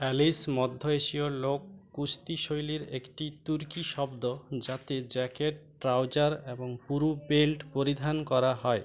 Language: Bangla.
অ্যালিশ মধ্য এশীয় লোক কুস্তি শৈলীর একটি তুর্কি শব্দ যাতে জ্যাকেট ট্রাউজার এবং পুরু বেল্ট পরিধান করা হয়